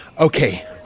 okay